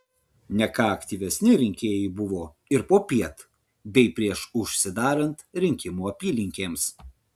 ne ką aktyvesni rinkėjai buvo ir popiet bei prieš užsidarant rinkimų apylinkėms